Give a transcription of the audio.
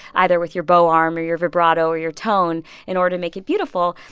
either with your bow arm or your vibrato or your tone, in order to make it beautiful?